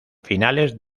finales